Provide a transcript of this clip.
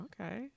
Okay